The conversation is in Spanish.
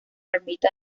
ermita